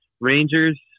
Rangers